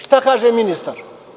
Šta kaže ministar?